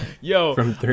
Yo